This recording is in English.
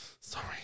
Sorry